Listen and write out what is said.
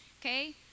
okay